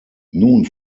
nun